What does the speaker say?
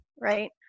right